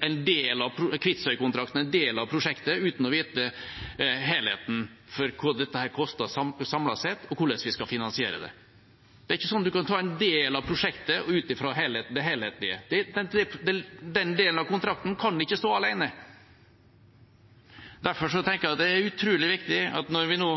en del av prosjektet uten å vite hva dette vil koste samlet sett, og hvordan vi skal finansiere det. Det er ikke slik at man kan ta en del av prosjektet ut av helheten. Den delen av kontrakten kan ikke stå alene. Derfor tenker jeg det var utrolig viktig,